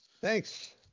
Thanks